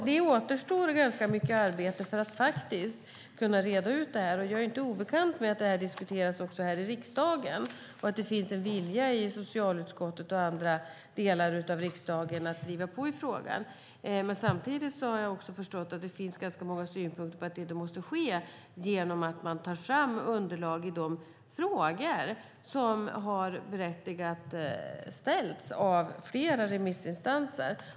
Det återstår ganska mycket arbete för att kunna reda ut det här, och jag är inte obekant med att det här diskuteras också här i riksdagen och att det finns en vilja i socialutskottet och andra delar av riksdagen att driva på i frågan. Samtidigt har jag också förstått att det finns ganska många synpunkter på att det inte måste ske genom att man tar fram underlag i de frågor som berättigat har ställts av flera remissinstanser.